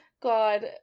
god